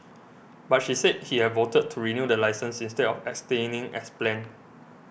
but she said he had voted to renew the licence instead of abstaining as planned